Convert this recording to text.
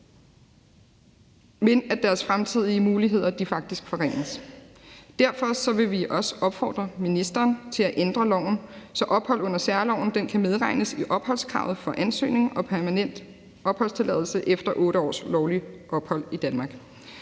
men at deres fremtidige muligheder faktisk forringes. Derfor vil vi også opfordre ministeren til at ændre loven, så ophold under særloven kan medregnes i opholdskravet for ansøgning om permanent opholdstilladelse efter 8 års lovligt ophold i Danmark.